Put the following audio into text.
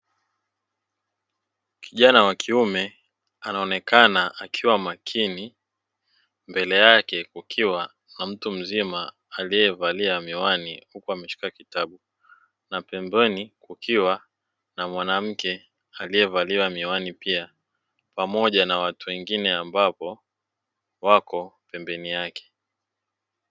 Kijana wa kiume anaonekana akiwa makini, mbele yake kukiwa na mtu mzima aliyevalia miwani huku ameshika kitabu; na pembeni kukiwa na mwanamke aliyevalia miwani pia, pamoja na watu wengine ambapo wapo pembeni yake.